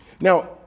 now